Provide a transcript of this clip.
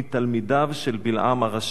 מתלמידיו של בלעם הרשע.